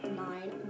nine